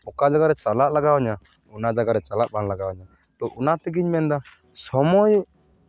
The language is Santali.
ᱚᱠᱟ ᱡᱟᱭᱜᱟ ᱨᱮ ᱪᱟᱞᱟᱜ ᱞᱟᱜᱟᱣ ᱤᱧᱟᱹ ᱚᱱᱟ ᱡᱟᱭᱜᱟ ᱨᱮ ᱪᱟᱞᱟᱜ ᱵᱟᱝ ᱞᱟᱜᱟᱣ ᱤᱧᱟᱹ ᱛᱚ ᱚᱱᱟ ᱛᱮᱜᱤᱧ ᱢᱮᱱᱫᱟ ᱥᱚᱢᱚᱭ